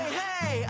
hey